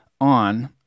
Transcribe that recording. on